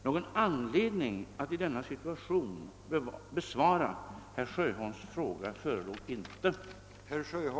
Någon anledning att i denna situation besvara herr Sjöholms fråga förelåg inte.